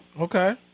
Okay